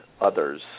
others